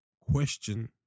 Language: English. question